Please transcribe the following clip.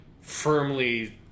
firmly